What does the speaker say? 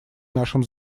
нашем